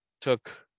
took